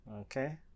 Okay